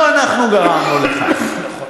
לא אנחנו גרמנו לכך.